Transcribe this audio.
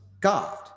God